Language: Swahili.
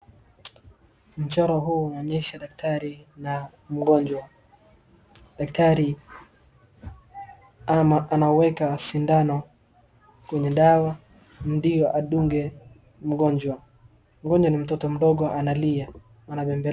Mchoro huu unaonyesha daktari na mgonjwa. Daktari ama anaweka sindano kwenye dawa ndio adunge mgonjwa. Mgonjwa ni mtoto mdogo analia, anabembelezwa.